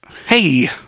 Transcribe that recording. hey